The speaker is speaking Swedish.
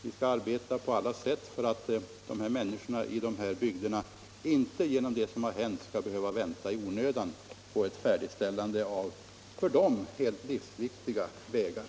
Vi skall arbeta på alla sätt för att människorna i de berörda bygderna inte på grund av det som hänt skall behöva vänta i onödan på färdigställande av för dem helt livsviktiga vägar.